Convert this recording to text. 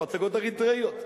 או הצגות אריתריאיות,